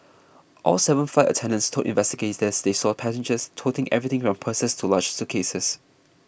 all seven flight attendants told investigators they saw passengers toting everything from purses to large suitcases